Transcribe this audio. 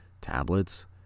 Tablets